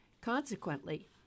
Consequently